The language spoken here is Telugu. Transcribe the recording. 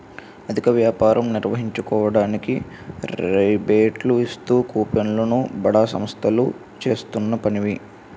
అధిక వ్యాపారం నిర్వహించుకోవడానికి రిబేట్లు ఇస్తూ కూపన్లు ను బడా సంస్థలు చేస్తున్న పని